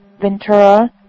Ventura